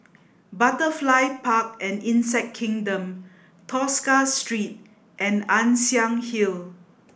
Butterfly Park and Insect Kingdom Tosca Street and Ann Siang Hill